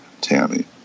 Tammy